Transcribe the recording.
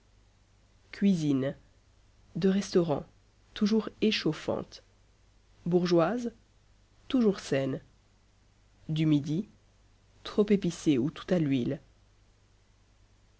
cuisine de restaurant toujours échauffante bourgeoise toujours saine du midi trop épicée ou toute à l'huile